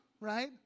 right